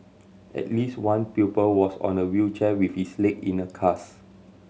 at least one pupil was on a wheelchair with his leg in a cast